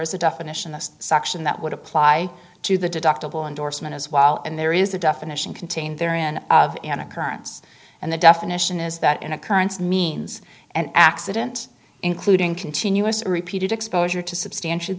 a definition that section that would apply to the deductible endorsement as well and there is a definition contained therein of an occurrence and the definition is that an occurrence means an accident including continuous or repeated exposure to substantia